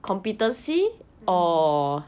mm